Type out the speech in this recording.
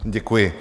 Děkuji.